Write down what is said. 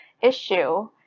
issue